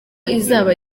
izaba